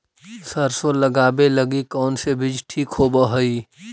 सरसों लगावे लगी कौन से बीज ठीक होव हई?